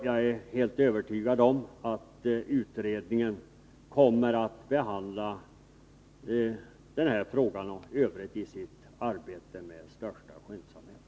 Jag är helt övertygad om att utredningen kommer att behandla frågan med största skyndsamhet.